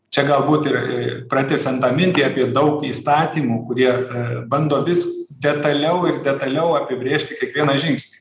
čia galbūt ir pratęsiant tą mintį apie daug įstatymų kurie bando vis detaliau ir detaliau apibrėžti kiekvieną žingsnį